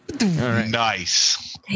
nice